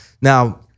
now